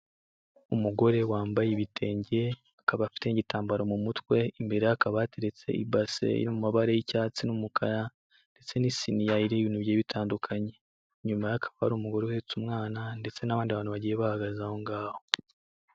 Umugore wambaye ibitenge akaba afite igitambaro mu mutwe imbere ye hakaba hateretse ibase iri mu mabara y'icyatsi n'umukara, ndetse n'isiniya iriho ibintu bigiye bitandukanye nyuma hakaba hari umugore uhetse umwana ndetse n'abandi bantu bagiye bahagaze aho ngaho.